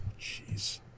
Jeez